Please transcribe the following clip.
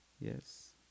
Yes